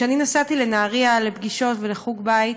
כשאני נסעתי לנהריה לפגישות ולחוג בית,